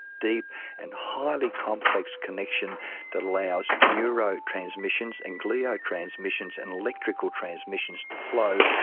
deep and highly complex connection that allows neurotransmissions and gliotransmissions and electrical transmissions to flow,